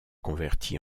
converti